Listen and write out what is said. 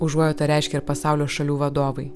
užuojautą reiškia ir pasaulio šalių vadovai